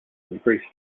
increased